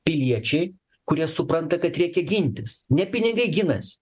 piliečiai kurie supranta kad reikia gintis ne pinigai ginasi